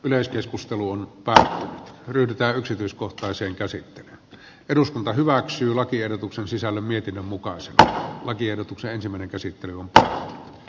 yleiskeskusteluun pää yltä yksityiskohtaisen käsittelyn eduskunta hyväksyi lakiehdotuksen sisällön mietinnön mukaan sitä lakiehdotukseen se siitä myöskin kertyy tuottoa